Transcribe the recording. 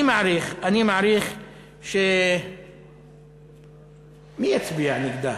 אני מעריך, מי יצביע נגדה?